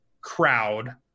crowd